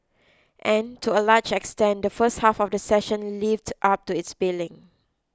and to a large extent the first half of the session lived up to its billing